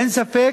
אין ספק